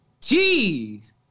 Jeez